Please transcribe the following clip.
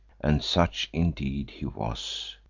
and such indeed he was.